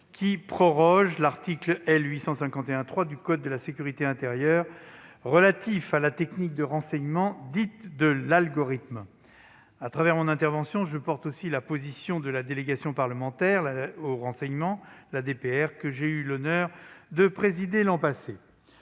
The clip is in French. qui proroge l'article L. 851-3 du code de la sécurité intérieure relatif à la technique de renseignement dite « de l'algorithme ». À travers mon intervention, je défends aussi la position de la délégation parlementaire au renseignement, la DPR, que j'ai eu l'honneur de présider l'an passé.